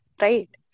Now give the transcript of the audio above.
right